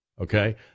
okay